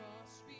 cross